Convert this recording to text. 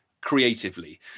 creatively